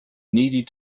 needed